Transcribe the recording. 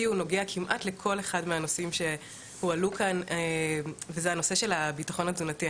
הוא נוגע כמעט לכל אחד מהנושאים שעלו כאן וזה הנושא של הביטחון התזונתי.